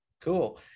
Cool